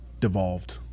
devolved